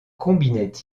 combinait